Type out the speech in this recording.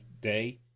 day